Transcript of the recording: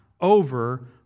over